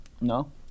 No